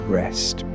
rest